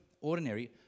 ordinary